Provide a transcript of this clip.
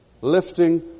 Lifting